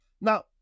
Now